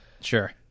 Sure